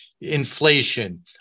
inflation